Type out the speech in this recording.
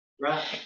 Right